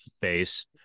face